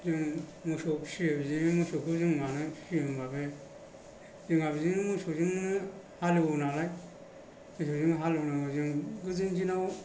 जों मोसौ फिसियो बिदिनो मोसौखौ जों मानो फिसियो होनबा बे जोंहा बिदिनो मोसौजोंनो हालेवो नालाय मोसौजों हालौ नांगौ जों गोदोनि दिनाव